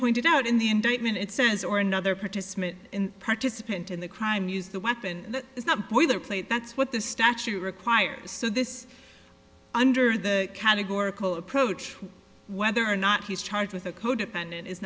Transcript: pointed out in the indictment it says or another participant in participant in the crime use the weapon is not boilerplate that's what the statute requires so this under the categorical approach whether or not he's charged with a